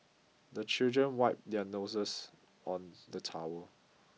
the children wipe their noses on the towel